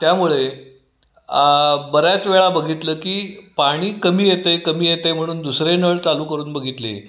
त्यामुळे बऱ्याच वेळा बघितलं की पाणी कमी येतं आहे कमी येतं आहे म्हणून दुसरे नळ चालू करून बघितले